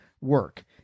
work